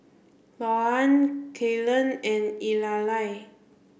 Louann Kalen and Eulalia